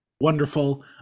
wonderful